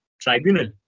tribunal